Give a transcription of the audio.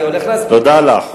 אני הולך, תודה לךְ.